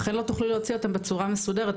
לכן לא תוכלו להוציא אותם בצורה מסודרת,